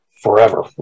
forever